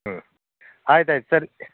ಹ್ಞೂ ಆಯ್ತು ಆಯ್ತು ಸರಿ